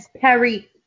Perry